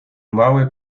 mały